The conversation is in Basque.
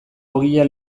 ogia